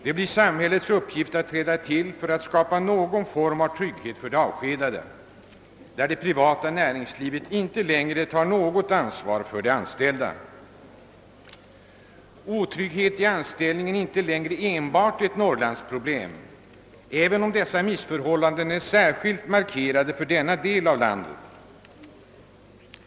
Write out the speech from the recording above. Det blir samhällets uppgift att träda till för att skapa någon form av trygghet för de avskedade, då det privata näringslivet inte längre tar något ansvar för de anställda. Dessa missförhållanden är inte längre enbart ett norrlandsproblem, även om de är särskilt markerade i denna del av landet.